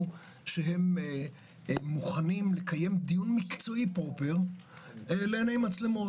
שהם מוכנים לקיים דיון מקצועי פרופר אלא אם אין מצלמות.